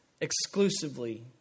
exclusively